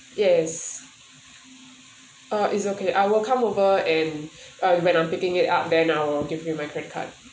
yes uh is okay I will come over and I when I'm picking it up then I'll give you my credit card